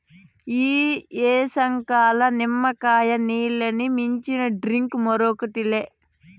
ఈ ఏసంకాలంల నిమ్మకాయ నీల్లని మించిన డ్రింక్ మరోటి లే